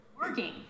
working